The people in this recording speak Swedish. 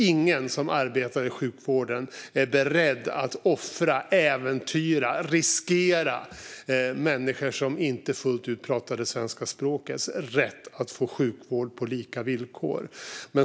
Ingen som arbetar i sjukvården är nämligen beredd att offra, äventyra, riskera rätten för människor som inte fullt ut behärskar svenska språket att få sjukvård på lika villkor.